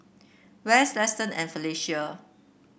Wes Liston and Felicia